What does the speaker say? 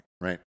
right